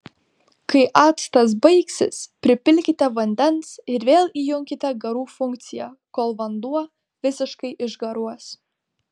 kai actas baigsis pripilkite vandens ir vėl įjunkite garų funkciją kol vanduo visiškai išgaruos